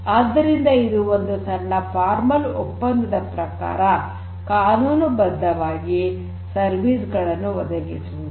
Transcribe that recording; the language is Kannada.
ಆದ್ದರಿಂದ ಇದು ಒಂದು ಔಪಚಾರಿಕ ಒಪ್ಪಂದದ ಪ್ರಕಾರ ಕಾನೂನುಬದ್ಧವಾಗಿ ಸೇವೆಗಳನ್ನು ಒದಗಿಸುವುದು